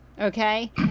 okay